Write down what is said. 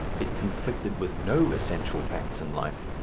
it conflicted with no essential facts in life.